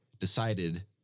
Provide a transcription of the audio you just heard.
decided